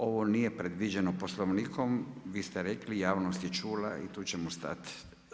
Ovo nije predviđeni poslovnikom, vi ste rekli, javnost je čula i tu ćemo stati.